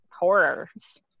Horrors